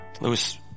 Lewis